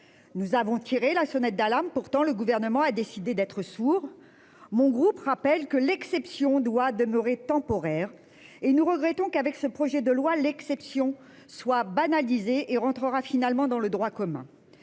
Nous avons tiré la sonnette d'alarme. Pourtant, le gouvernement a décidé d'être sourd. Mon groupe rappelle que l'exception doit demeurer temporaire et nous regrettons qu'avec ce projet de loi l'exception soit banalisé et rentrera finalement dans le droit commun.